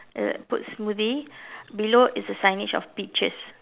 uh put smoothie below is a signage of peaches